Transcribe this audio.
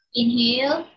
inhale